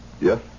Yes